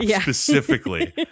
specifically